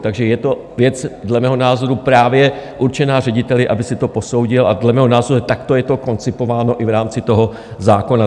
Takže je to věc dle mého názoru právě určená řediteli, aby si to posoudil, a dle mého názoru takto je to koncipováno i v rámci toho zákona.